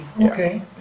Okay